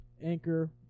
Anchor